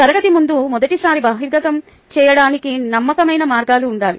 తరగతి ముందు మొదటిసారి బహిర్గతం చేయడానికి నమ్మకమైన మార్గాలు ఉండాలి